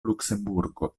luksemburgo